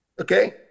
Okay